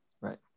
Right